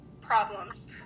problems